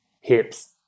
hips